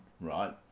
right